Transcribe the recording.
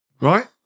Right